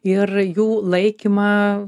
ir jų laikymą